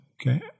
Okay